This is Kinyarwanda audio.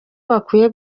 bakwiye